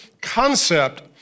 concept